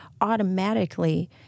automatically